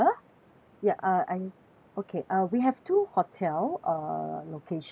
ya uh I okay uh we have two hotel uh location